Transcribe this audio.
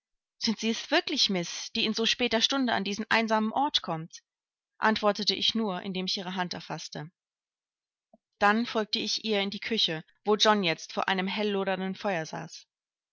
sind sie es wirklich miß die in so später stunde an diesen einsamen ort kommt antworte ich nur indem ich ihre hand erfaßte dann folgte ich ihr in die küche wo john jetzt vor einem helllodernden feuer saß